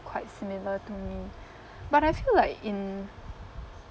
quite similar to me but I feel like in